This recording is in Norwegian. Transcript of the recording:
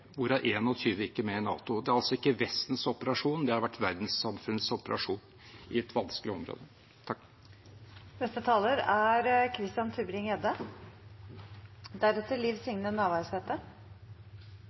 hvorav 21 ikke er med i NATO. Det er altså ikke Vestens operasjon. Det har vært verdenssamfunnets operasjon i et vanskelig område.